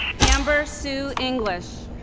amber sue english